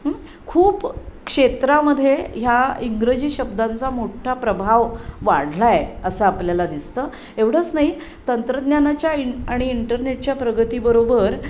खूप क्षेत्रामध्ये ह्या इंग्रजी शब्दांचा मोठा प्रभाव वाढला आहे असं आपल्याला दिसतं एवढंच नाही तंत्रज्ञानाच्या इन आणि इंटरनेटच्या प्रगतीबरोबर